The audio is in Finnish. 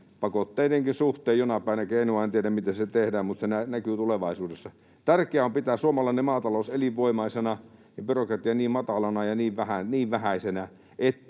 pakotteidenkin suhteen jonain päivänä. Keinoa en tiedä, miten se tehdään, mutta se näkyy tulevaisuudessa. Tärkeää on pitää suomalainen maatalous elinvoimaisena ja byrokratia niin matalana ja niin vähäisenä,